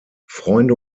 freunde